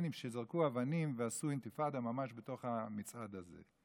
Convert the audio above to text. פלסטינים שזרקו אבנים ועשו אינתיפאדה ממש בתוך המצעד הזה.